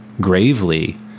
gravely